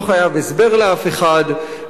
לא חייב הסבר לאף אחד,